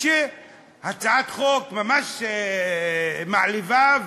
הצעת החוק ממש מעליבה,